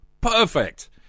Perfect